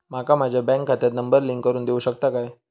माका माझ्या बँक खात्याक नंबर लिंक करून देऊ शकता काय?